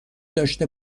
داشته